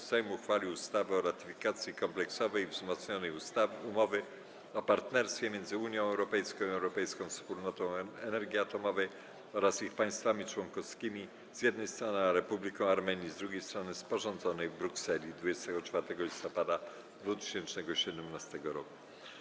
Sejm uchwalił ustawę o ratyfikacji Kompleksowej i wzmocnionej umowy o partnerstwie między Unią Europejską i Europejską Wspólnotą Energii Atomowej oraz ich państwami członkowskimi, z jednej strony, a Republiką Armenii, z drugiej strony, sporządzonej w Brukseli dnia 24 listopada 2017 r.